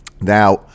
Now